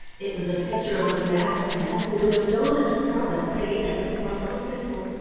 it was a picture of a masked man holding a villainous crowd at bay at the point of a pistol.